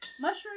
Mushroom